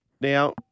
Now